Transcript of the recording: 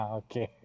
okay